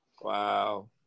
Wow